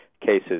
cases